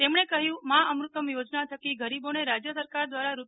તેમણે કહ્યું માં અમૃતમ યોજનાથકી ગરીબોને રાજય સરકાર દ્વારા રૂ